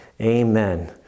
Amen